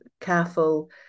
careful